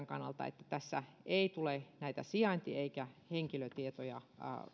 kannalta että tässä ei tule näitä sijainti eikä henkilötietoja